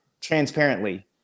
transparently